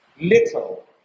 little